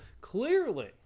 clearly